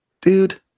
Dude